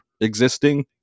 existing